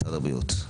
משרד הבריאות,